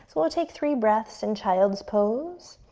so we'll take three breaths in child's pose.